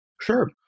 Sure